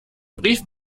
brief